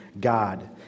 God